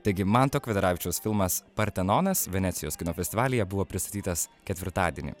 taigi manto kvedaravičiaus filmas partenonas venecijos kino festivalyje buvo pristatytas ketvirtadienį